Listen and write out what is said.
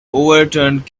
overturned